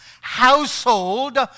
household